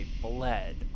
bled